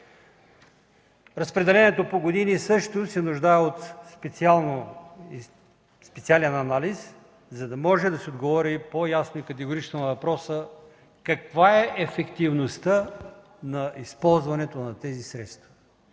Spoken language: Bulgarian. Разпределението по години също се нуждае от специален анализ, за да може да се отговори по-ясно и категорично на въпроса: каква е ефективността на използването на тези средства,